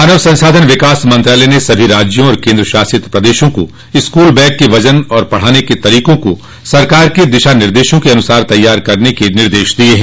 मानव संसाधन विकास मंत्रालय ने सभी राज्यों और केन्द्र शासित प्रदशों को स्कूल बैग के वजन और पढ़ाने के तरीकों को सरकार के दिशा निर्देशों के अनुसार तैयार करने के निर्देश दिये हैं